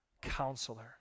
counselor